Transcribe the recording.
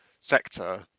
sector